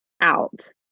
out